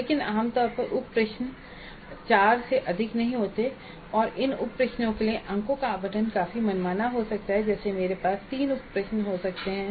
लेकिन आमतौर पर उप प्रश्न 4 से अधिक नहीं होते हैं और इन उप प्रश्नों के लिए अंकों का आवंटन काफी मनमाना हो सकता है जैसे मेरे पास 3 उप प्रश्न हो सकते हैं